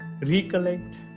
recollect